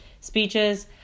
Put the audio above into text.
speeches